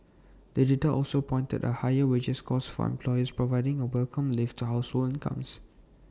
the data also pointed to higher wages costs for employers providing A welcome lift to household incomes